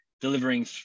delivering